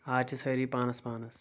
آز چھِ سٲری پانس پانس